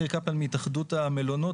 ניר קפלן מהתאחדות המלונות.